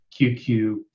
QQ